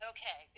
Okay